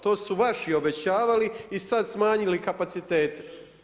To su vaši obećavali i sada smanjili kapacitete.